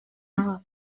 about